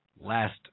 last